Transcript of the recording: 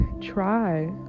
try